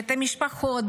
את המשפחות,